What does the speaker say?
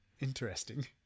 interesting